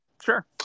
sure